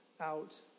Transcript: out